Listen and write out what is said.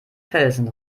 felsen